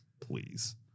please